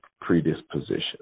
predisposition